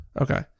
Okay